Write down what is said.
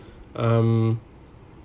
um